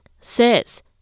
says